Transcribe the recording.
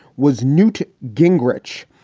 was newt gingrich.